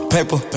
Paper